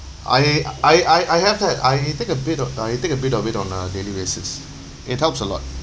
I I I I have that I take a bit of uh I take a bit of it on a daily basis it helps a lot